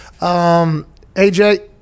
AJ